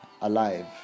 alive